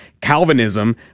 Calvinism